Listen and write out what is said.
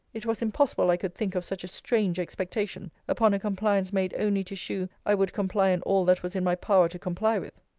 it was impossible i could think of such a strange expectation, upon a compliance made only to shew i would comply in all that was in my power to comply with.